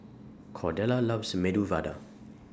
Cordella loves Medu Vada